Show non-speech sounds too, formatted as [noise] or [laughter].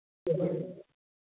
[unintelligible]